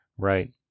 Right